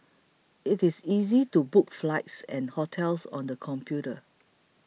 it is easy to book flights and hotels on the computer